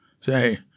Say